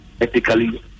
ethically